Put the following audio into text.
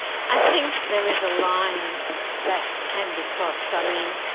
i think there is a line that can be crossed. i mean,